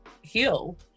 heal